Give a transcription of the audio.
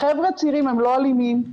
החבר'ה הצעירים הם לא אלימים,